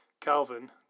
Calvin